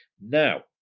Now